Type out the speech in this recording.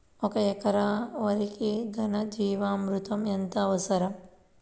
ఒక ఎకరా వరికి ఘన జీవామృతం ఎంత అవసరం?